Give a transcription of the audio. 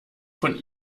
von